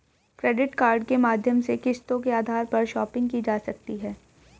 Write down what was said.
credit card के माध्यम से किस्तों के आधार पर शापिंग की जा सकती है